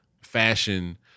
fashion